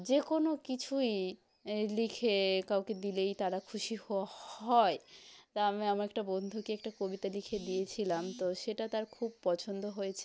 যে কোনো কিছুই লিখে কাউকে দিলেই তারা খুশি হয় তা আমি আমার একটা বন্ধুকে একটা কবিতা লিখে দিয়েছিলাম তো সেটা তার খুব পছন্দ হয়েছে